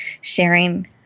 sharing